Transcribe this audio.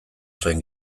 zuen